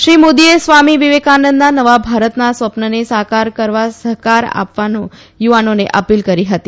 શ્રી મોદીએ સ્વામી વિવેકાનંદના નવા ભારતના સ્વપ્નને સાકાર કરવા સહકાર આપવા યુવાનોને અપીલ કરી હતી